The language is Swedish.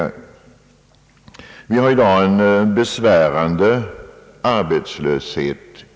I Norrbottens län råder i dag en besvärande arbetslöshet.